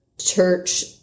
church